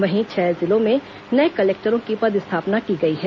वहीं छह जिलों में नए कलेक्टरों की पदस्थापना की गई है